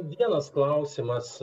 vienas klausimas